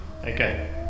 Okay